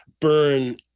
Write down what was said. burn